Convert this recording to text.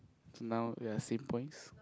it's now we're same points